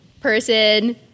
person